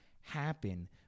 happen